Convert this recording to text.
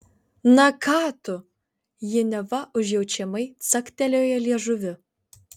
na ką tu ji neva užjaučiamai caktelėjo liežuviu